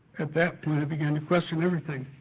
at that point, i began to question everything.